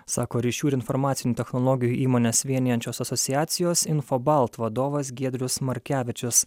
sako ryšių ir informacinių technologijų įmones vienijančios asociacijos infobalt vadovas giedrius markevičius